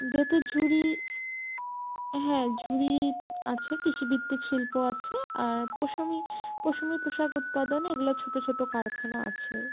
বেতের ঝুড়ি হ্যাঁ ঝুড়ি আছে কৃষিবিত্তিক শিল্প আছে আর পশমি পশমি পোশাক উৎপাদনে এগুলা ছোটো ছোটো কারখানা আছে